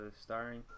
starring